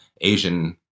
asian